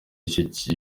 icyo